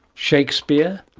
shakespeare,